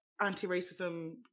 anti-racism